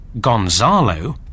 Gonzalo